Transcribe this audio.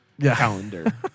calendar